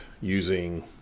using